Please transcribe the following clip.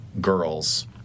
girls